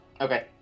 Okay